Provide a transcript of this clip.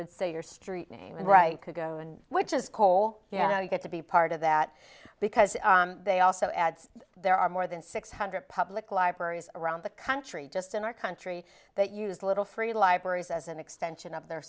would say your street name and write could go and which is cole you know you get to be part of that because they also add there are more than six hundred public libraries around the country just in our country that use little free libraries as an extension of their